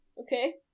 Okay